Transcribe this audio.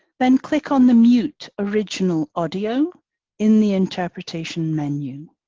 then click on the mute original audio in the interpretation menu.